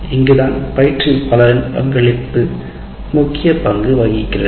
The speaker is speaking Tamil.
இது பயிற்றுவிப்பாளரின் பங்களிப்பு ஆகும்